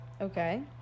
Okay